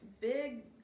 big